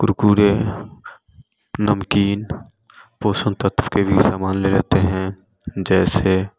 कुरकुरे नमकीन पोषण तत्व के लिए सामान ले लेते हैं जैसे